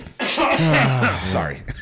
Sorry